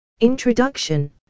Introduction